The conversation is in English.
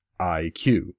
IQ